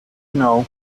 know